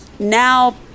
Now